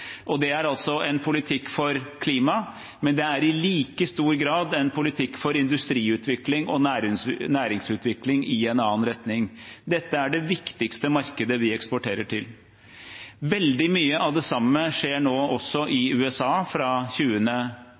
Det er altså en politikk for klimaet, men det er i like stor grad en politikk for industriutvikling og næringsutvikling i en annen retning. Dette er det viktigste markedet vi eksporterer til. Veldig mye av det samme skjer også i USA fra